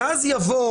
כי אז יבוא